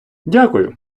дякую